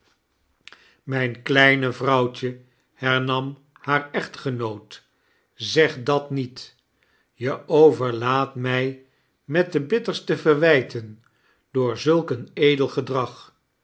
mijn kleine vrouwtje hernam haar echtgemoo't zeg dat niet je overlaadt mij met de bitterste verwijten door zulk een edel gedrag